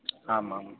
आम् आं